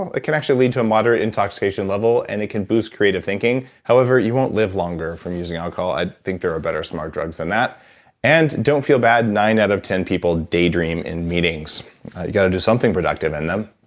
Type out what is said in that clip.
it can actually lead to a moderate intoxication level and it can boost boost creative thinking, however you won't live longer from using alcohol. i think there are better smart drugs than that and don't feel bad, nine out of ten people daydream in meetings. you've gotta do something productive in them